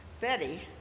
Betty